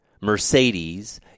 Mercedes